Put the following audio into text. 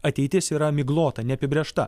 ateitis yra miglota neapibrėžta